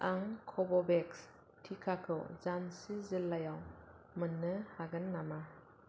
आं कभ'वेक्स टिकाखौ झान्सि जिल्लायाव मोननो हागोन नामा